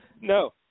No